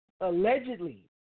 allegedly